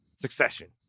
Succession